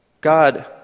God